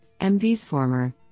MVSformer